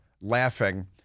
laughing